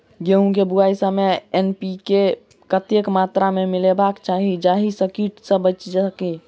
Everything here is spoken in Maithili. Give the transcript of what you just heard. गेंहूँ केँ बुआई समय एन.पी.के कतेक मात्रा मे मिलायबाक चाहि जाहि सँ कीट सँ बचि सकी?